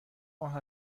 ماه